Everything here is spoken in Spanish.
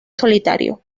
solitario